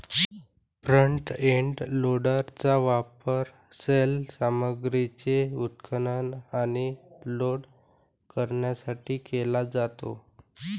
front end लोडरचा वापर सैल सामग्रीचे उत्खनन आणि लोड करण्यासाठी केला जातो